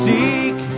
Seek